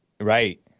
Right